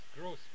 Gross